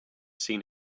seen